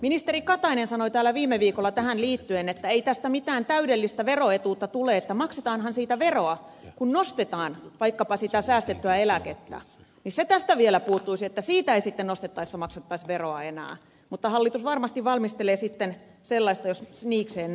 ministeri katainen sanoi täällä viime viikolla tähän liittyen että ei tästä mitään täydellistä veroetuutta tule että maksetaanhan siitä veroa kun nostetaan vaikkapa sitä säästettyä eläkettä niin se tästä vielä puuttuisi että siitä ei sitten nostettaessa maksettaisi veroa enää mutta hallitus varmasti valmistelee sitten sellaista jos niikseen näkee